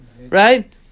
Right